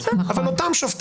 אם אין את בית המשפט